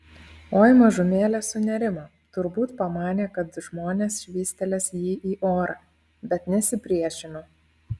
oi mažumėlę sunerimo turbūt pamanė kad žmonės švystelės jį į orą bet nesipriešino